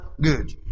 Good